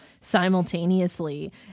simultaneously